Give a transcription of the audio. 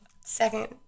Second